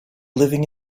living